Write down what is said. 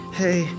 hey